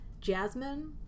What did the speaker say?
Jasmine